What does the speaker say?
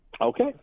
Okay